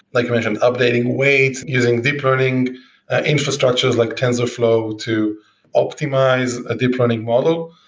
like you mentioned, updating weights, using deep learning infrastructures like tensorflow to optimize a deep learning model,